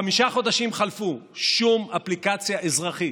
חמישה חודשים חלפו, שום אפליקציה אזרחית.